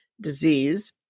disease